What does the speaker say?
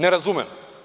Ne razumem.